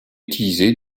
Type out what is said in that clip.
utilisés